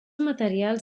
materials